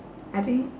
I think